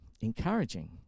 encouraging